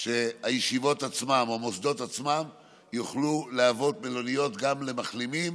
שהישיבות עצמן או המוסדות עצמם יוכלו להוות מלוניות גם למחלימים